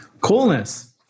Coolness